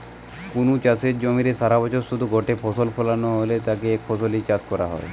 কুনু চাষের জমিরে সারাবছরে শুধু গটে ফসল ফলানা হ্যানে তাকে একফসলি চাষ কয়া হয়